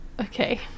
Okay